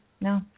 No